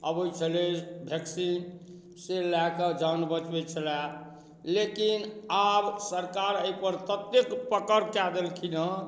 अबै छलै वैक्सीन से लऽ कऽ जान बचबै छलै लेकिन आब सरकार एहिपर ततेक पकड़ कऽ देलखिन हँ